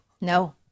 No